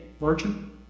virgin